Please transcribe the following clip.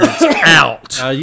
out